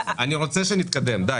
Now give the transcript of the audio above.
אני רוצה שנתקדם, די.